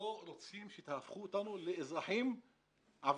לא רוצים שתהפכו אותנו לאזרחים עבריינים.